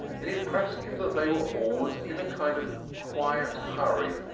it impressed him that they were always in a kind of quiet hurry,